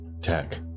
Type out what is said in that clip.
tech